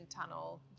Tunnel